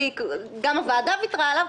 כי גם הוועדה ויתרה עליו,